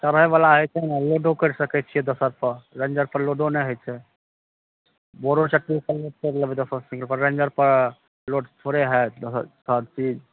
चढ़ै बला होइ छै ने लोडो करि सकै छियै दोसर पऽ रेंजर पऽ लोडो नहि होइ छै बोरो चक्की सब लोड करि लेबै दोसर साइकिल पऽ रेंजर पऽ लोड थोड़े हाएत दो हर चीज